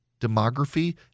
Demography